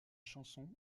chanson